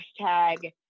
Hashtag